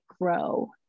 grow